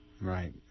Right